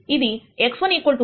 ఇది x1 1 మరియు x1 0